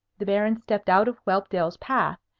the baron stepped out of whelpdale's path,